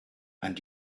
and